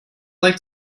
like